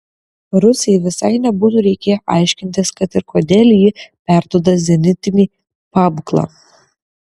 rusijai visai nebūtų reikėję aiškintis kad ir kodėl ji perduoda zenitinį pabūklą